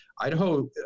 Idaho